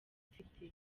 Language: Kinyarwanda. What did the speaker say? mfite